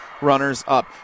runners-up